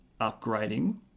upgrading